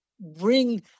bring